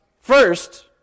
First